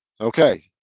Okay